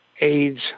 AIDS